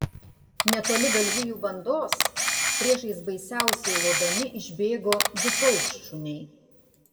netoli galvijų bandos priešais baisiausiai lodami išbėgo du paukštšuniai